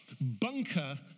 bunker